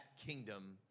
kingdom